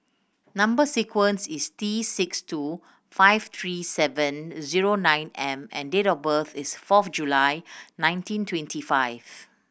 number sequence is T six two five three seven zero nine M and date of birth is fourth July nineteen twenty five